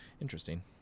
Interesting